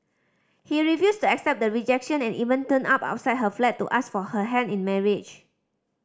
he refused to accept the rejection and even turned up outside her flat to ask for her hand in marriage